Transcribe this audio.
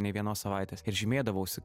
nė vienos savaitės ir žymėdavausi